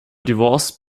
divorced